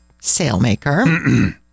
sailmaker